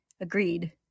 Agreed